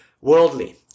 worldly